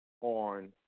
on